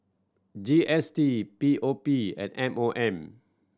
G S T P O P and M O M